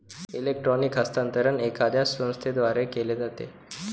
electronic हस्तांतरण एखाद्या संस्थेद्वारे केले जाते